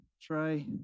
try